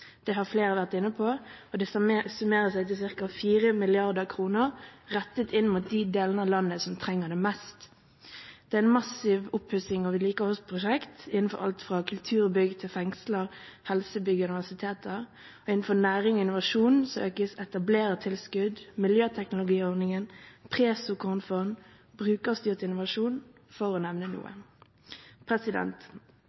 flere har vært inne på, og det summerer seg til ca. 4 mrd. kr rettet inn mot de delene av landet som trenger det mest. Det er et massivt oppussings- og vedlikeholdsprosjekt – innenfor alt fra kulturbygg til fengsler, helsebygg og universiteter, og innenfor næring og innovasjon økes etablerertilskudd, miljøteknologiordningen, presåkornfond, brukerstyrt innovasjon, for å nevne noe.